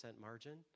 margin